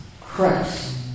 Christ